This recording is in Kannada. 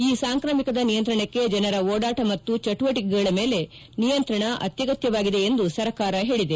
ಈ ಸಾಂಕ್ರಾಮಿಕದ ನಿಯಂತ್ರಣಕ್ಕೆ ಜನರ ಓಡಾಟ ಮತ್ತು ಚಟುವಟಿಕೆಗಳ ಮೇಲೆ ನಿಯಂತ್ರಣ ಅತ್ಯಗತ್ಯವಾಗಿದೆ ಎಂದು ಸರ್ಕಾರ ಹೇಳಿದೆ